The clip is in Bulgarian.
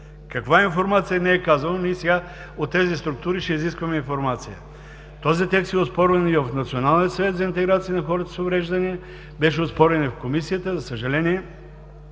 Каква информация – не е казано. Ние сега от тези структури ще изискаме информация! Този текст е оспорван и в Националния съвет за интеграция на хората с увреждания, беше оспорен и в Комисията. За съжаление